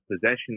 possession